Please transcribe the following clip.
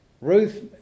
Ruth